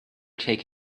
take